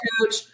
coach